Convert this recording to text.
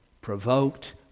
Provoked